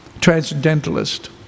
transcendentalist